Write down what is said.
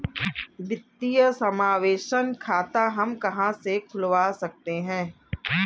वित्तीय समावेशन खाता हम कहां से खुलवा सकते हैं?